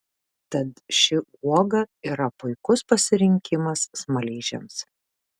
tad ši uoga yra puikus pasirinkimas smaližiams